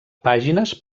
pàgines